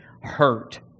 hurt